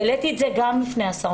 העליתי את זה גם בפני השר.